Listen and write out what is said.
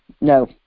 no